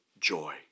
joy